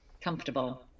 Comfortable